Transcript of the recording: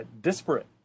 disparate